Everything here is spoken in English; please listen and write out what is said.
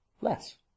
less